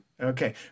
Okay